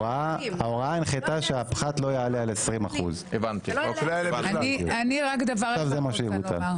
ההוראה הנחתה שהפחת לא יעלה על 20%. --- עכשיו זה מה שיבוטל.